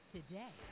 Today